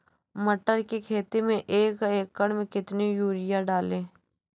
मटर की खेती में एक एकड़ में कितनी यूरिया डालें?